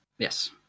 Yes